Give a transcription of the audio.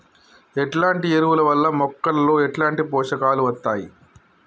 ఎట్లాంటి ఎరువుల వల్ల మొక్కలలో ఎట్లాంటి పోషకాలు వత్తయ్?